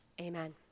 Amen